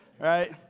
right